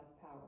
power